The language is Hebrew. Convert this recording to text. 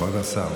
כבוד השר.